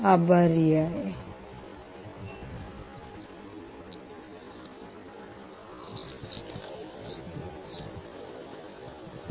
आभारी आहे